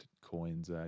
coins